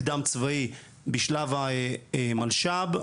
קדם צבאי בשלב המלש"ב.